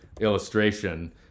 illustration